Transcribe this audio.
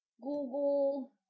Google